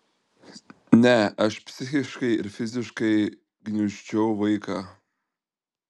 ne aš psichiškai ir fiziškai gniuždžiau vaiką